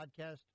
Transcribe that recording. podcast